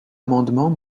amendement